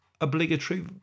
obligatory